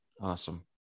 Awesome